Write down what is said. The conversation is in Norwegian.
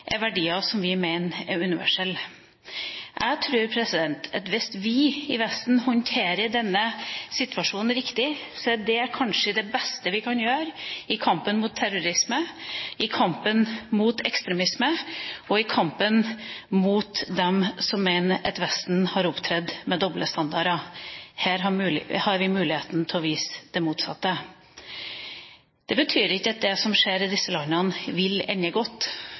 er verdier som vi mener er universelle. Hvis vi i Vesten håndterer denne situasjonen riktig, er kanskje dét det beste vi kan gjøre i kampen mot terrorisme, i kampen mot ekstremisme og i kampen mot dem som mener at Vesten har opptrådt med doble standarder. Her har vi muligheten til å vise det motsatte. Det betyr ikke at det som skjer i disse landene, vil ende godt.